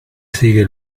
siguen